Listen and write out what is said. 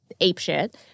apeshit